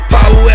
Power